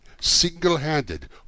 single-handed